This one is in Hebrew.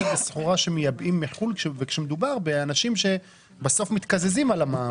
בסחורה שמייבאים מחו"ל אנשים שמתקזזים על המע"מ.